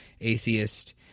atheist